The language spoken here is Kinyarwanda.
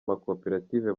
makoperative